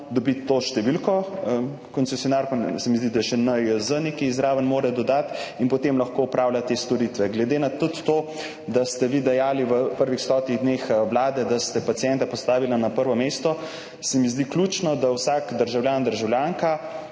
dobi to številko, koncesionar pa, se mi zdi, da še NIJZ nekaj zraven mora dodati, in potem lahko opravlja te storitve. Glede na tudi to, da ste vi dejali v prvih stotih dneh vlade, da ste pacienta postavila na prvo mesto, se mi zdi ključno, da vsak državljan, državljanka